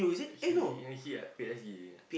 he he at P_S_G